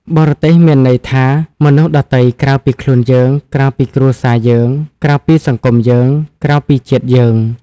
បរទេស មានន័យថា មនុស្សដទៃក្រៅពីខ្លួនយើង ក្រៅពីគ្រួសារយើង ក្រៅពីសង្គមយើង ក្រៅពីជាតិយើង។